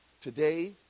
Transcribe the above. today